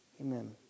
Amen